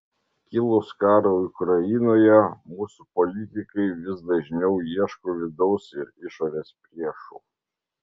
kilus karui ukrainoje mūsų politikai vis dažniau ieško vidaus ir išorės priešų